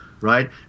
right